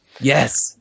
Yes